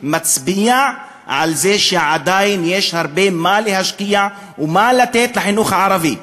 מצביעים על זה שעדיין יש הרבה מה להשקיע ומה לתת לחינוך הערבי.